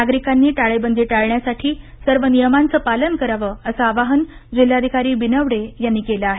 नागरिकांनी टाळेबंदी टाळण्यासाठी सर्व नियमांचं पालन करावं असं आवाहन जिल्हाधिकारी बिनवडे यांनी केलं आहे